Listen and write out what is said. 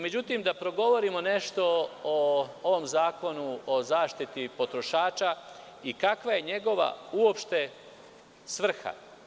Međutim, da progovorimo nešto o ovom Zakonu o zaštiti potrošača i kakva je njegova uopšte svrha.